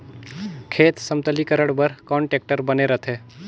खेत समतलीकरण बर कौन टेक्टर बने रथे?